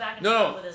No